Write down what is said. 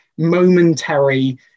momentary